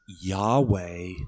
Yahweh